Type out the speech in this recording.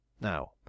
Now